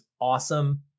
awesome